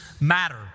matter